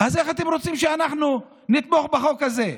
אז איך אתם רוצים שאנחנו נתמוך בחוק הזה?